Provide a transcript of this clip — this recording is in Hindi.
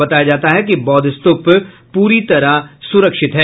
बताया जाता है कि बौद्वस्तूप पूरी तरह सुरक्षित है